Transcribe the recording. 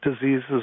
Diseases